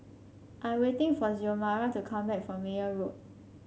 I'm waiting for Xiomara to come back from Meyer Road